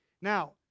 Now